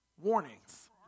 Warnings